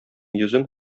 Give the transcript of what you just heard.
йөзен